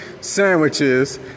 sandwiches